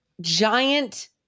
giant